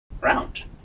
round